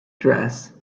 dress